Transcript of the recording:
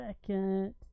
second